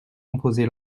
composer